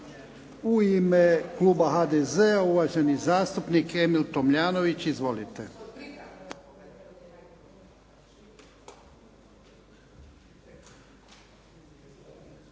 U ime kluba HDZ-a, uvaženi zastupnik Emil Tomljanović. Izvolite.